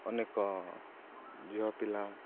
ଅନେକ ଝିଅପିଲା